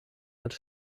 als